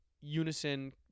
unison